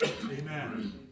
Amen